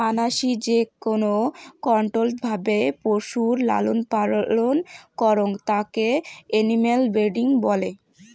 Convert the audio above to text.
মানাসি যেকোন কন্ট্রোল্ড ভাবে পশুর লালন পালন করং তাকে এনিম্যাল ব্রিডিং বলে